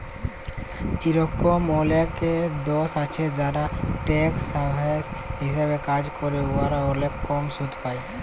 ইরকম অলেকলা দ্যাশ আছে যারা ট্যাক্স হ্যাভেল হিসাবে কাজ ক্যরে উয়ারা অলেক কম সুদ লেই